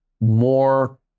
more